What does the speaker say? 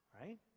right